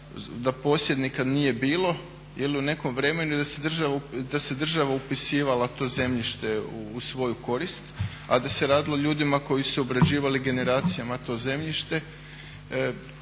da posjednika nije bilo ili u nekom vremenu i da se država upisivala to zemljište u svoju korist a da se radilo o ljudima koji su obrađivali generacijama to zemljište.